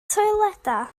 toiledau